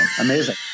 Amazing